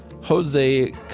Jose